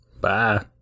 Bye